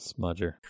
Smudger